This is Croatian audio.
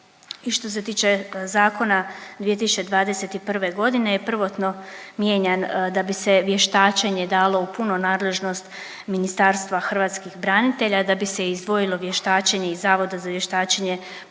i što se tiče Zakona 2021. g. je prvotno mijenjan da bi se vještačenje dalo u punu nadležnost Ministarstva hrvatskih branitelja, da bi se izdvojilo vještačenje iz Zavoda za vještačenje,